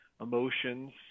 emotions